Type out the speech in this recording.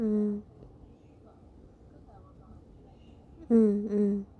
mm mm mm